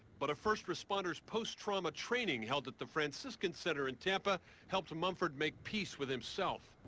but a first responders post-trauma training held at the fransican center in tampa helped mumford make peace with himself.